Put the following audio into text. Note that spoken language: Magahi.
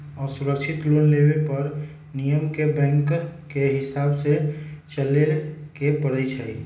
असुरक्षित लोन लेबे पर नियम के बैंकके हिसाबे से चलेए के परइ छै